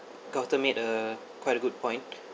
carlton made a quite a good point